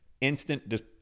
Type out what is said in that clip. instant